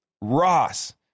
Ross